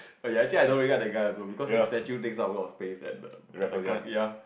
ya actually I don't really get that guy also because his statue takes up a lot of space at the at the at the Clarke-Quay ya